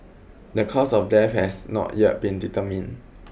the cause of death has not yet been determined